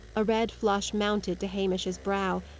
a red flush mounted to hamish's brow,